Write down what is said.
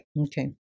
Okay